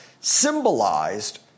symbolized